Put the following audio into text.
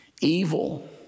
Evil